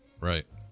Right